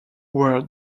were